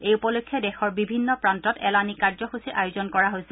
এই উপলক্ষে দেশৰ বিভিন্ন প্ৰান্তত এলানী কাৰ্যসূচীৰ আয়োজন কৰা হৈছে